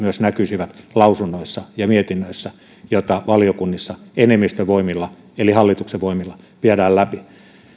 näkyisivät myös lausunnoissa ja mietinnöissä joita valiokunnissa enemmistön voimilla eli hallituksen voimilla viedään läpi